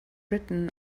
written